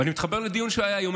ואני מתחבר לדיון שהיה היום.